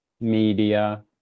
media